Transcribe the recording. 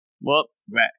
Whoops